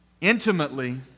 intimately